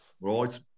Right